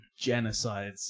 genocides